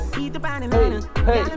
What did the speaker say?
Hey